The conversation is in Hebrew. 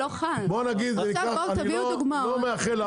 אני לא מאחל לאף אחד,